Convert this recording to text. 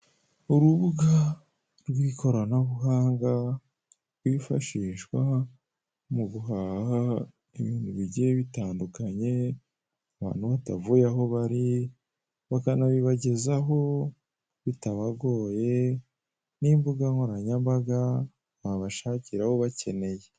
Urubuga rw' ikoranabuhanga rwifashishwa mu guhaha ibintu bigiye bitandukanye abantu batavuye aho bari bakanabibagezaho bitabagoye n' imbuga nkoranyambaga wabashakiraho ubakeneye.